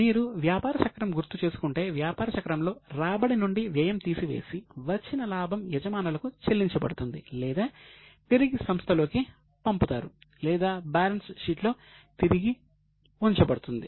మీరు వ్యాపార చక్రం గుర్తు చేసుకుంటే వ్యాపార చక్రం లో రాబడి నుండి వ్యయం తీసివేసి వచ్చిన లాభం యజమానులకు చెల్లించబడుతుంది లేదా తిరిగి సంస్థలోకి పంపుతారు లేదా బ్యాలెన్స్ షీట్ లో తిరిగి ఉంచబడుతుంది